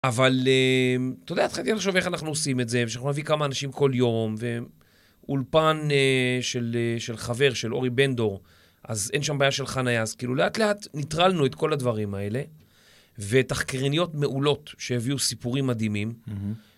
אבל, אתה יודע, התחלתי לחשוב איך אנחנו עושים את זה, אפשר להביא כמה אנשים כל יום, ואולפן של חבר של אורי בנדור, אז אין שם בעיה של חנייה. אז כאילו, לאט-לאט ניטרלנו את כל הדברים האלה; ותחקרניות מעולות, שהביאו סיפורים מדהימים,